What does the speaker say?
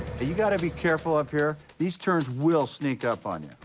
you've got to be careful up here. these turns will sneak up on